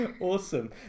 Awesome